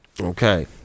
Okay